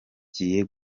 kigiye